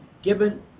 Given